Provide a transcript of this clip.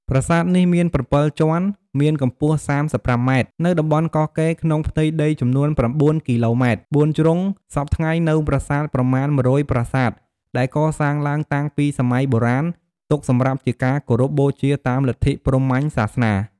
ប្រាសាទនេះមាន៧ជាន់ មានកំពស់ ៣៥ម៉ែត្រ នៅតំបន់កោះកេរ្តិ៍ក្នុងផ្ទៃដីចំនួន៩គីឡូម៉ែត្រ ៤ជ្រុងសព្វថ្ងៃនូវប្រាសាទប្រមាណ១០០ប្រាសាទ ដែលកសាងឡើងតាំងពីសម័យបុរាណ ទុកសំរាប់ជាការគោរពបូជាតាមលទ្ធិព្រហ្មញ្ញសាសនា។